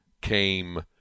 came